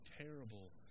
terrible